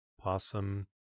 possum